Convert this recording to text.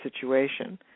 situation